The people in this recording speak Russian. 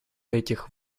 этих